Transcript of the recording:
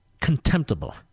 contemptible